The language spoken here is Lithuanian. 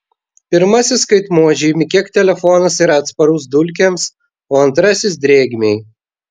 pirmasis skaitmuo žymi kiek telefonas yra atsparus dulkėms o antrasis drėgmei